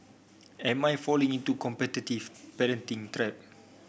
am I falling into competitive parenting trap